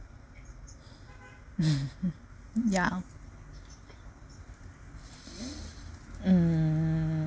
ya hmm